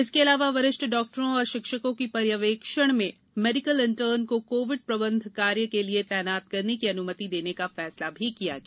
इसके अलावा वरिष्ठ डॉक्टरों और शिक्षकों के पर्यवेक्षण में मेडिकल इंटर्न को कोविड प्रबंधन कार्य के लिए तैनात करने की अनुमति देने का भी फैसला किया गया